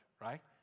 right